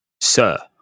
Sir